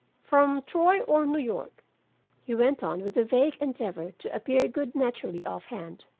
from troy or new york he went on with a vague endeavor to appear good naturally off hand.